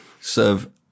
serve